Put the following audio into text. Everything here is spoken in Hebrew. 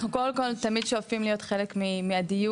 אנחנו קודם כל תמיד שואפים להיות חלק מהדיון,